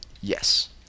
Yes